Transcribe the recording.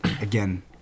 again